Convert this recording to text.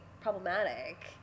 problematic